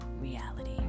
reality